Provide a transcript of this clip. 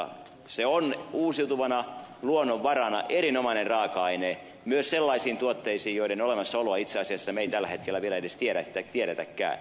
se on uusiutuvana luonnonvarana erinomainen raaka aine myös sellaisiin tuotteisiin joiden olemassaoloa itse asiassa me emme tällä hetkellä vielä edes tiedäkään